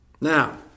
Now